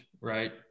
right